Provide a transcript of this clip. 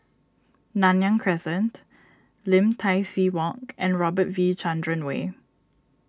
Nanyang Crescent Lim Tai See Walk and Robert V Chandran Way